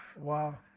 Wow